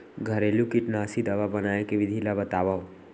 घरेलू कीटनाशी दवा बनाए के विधि ला बतावव?